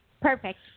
Perfect